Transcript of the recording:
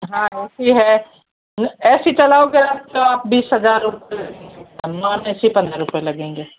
हाँ A C है A C चलाओगे तो आप बीस हजार रुपये लग जाएंगे नॉन ए सी पंद्रह रुपये लगेंगे